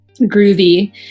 groovy